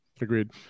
Agreed